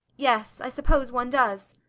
yes, i suppose one does.